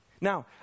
Now